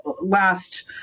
last